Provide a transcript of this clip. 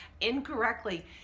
incorrectly